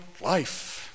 life